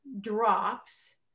drops